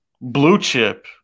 blue-chip